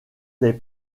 des